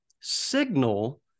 signal